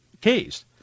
case